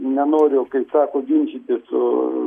nenoriu kaip sako ginčytis su